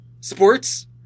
sports